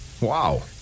Wow